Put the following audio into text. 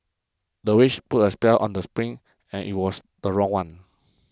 the witch put a spell on the sprint and it was the wrong one